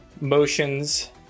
motions